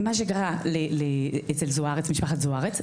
מה שקרה אצל משפחת זוארץ,